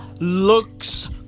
Looks